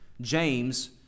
James